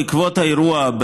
בעקבות האירוע,